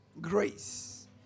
Grace